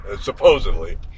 supposedly